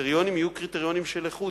שהקריטריונים יהיו קריטריונים של איכות.